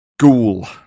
Ghoul